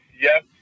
yes